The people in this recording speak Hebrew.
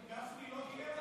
גפני לא גייר אותה?